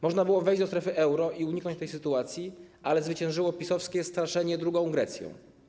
Można było wejść do strefy euro i uniknąć tej sytuacji, ale zwyciężyło PiS-owskie straszenie drugą Grecją.